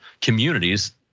communities